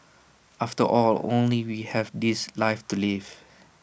after all only we have this life to live